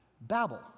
Babel